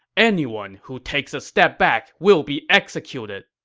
anyone who takes a step back will be executed!